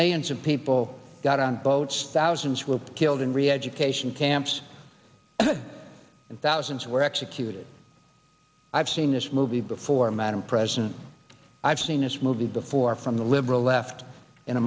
millions of people got on boats thousands were killed in reeducation camps and thousands were executed i've seen this movie before madam president i've seen this movie before from the liberal left in